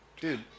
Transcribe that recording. Dude